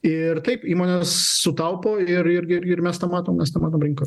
ir taip įmonės sutaupo ir ir ir mes numatom mes tą matom rinkoj